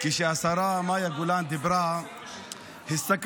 בנימין נתניהו אמר Two States Solution.